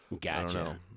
Gotcha